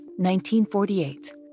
1948